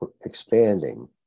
expanding